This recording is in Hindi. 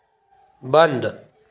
बंद